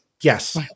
Yes